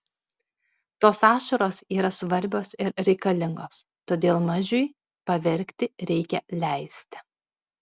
tos ašaros yra svarbios ir reikalingos todėl mažiui paverkti reikia leisti